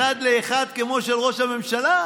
אחד לאחד כמו של ראש הממשלה.